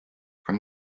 from